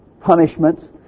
punishments